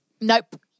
nope